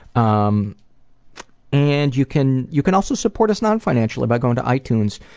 um and you can you can also support us non-financially by going to itunes,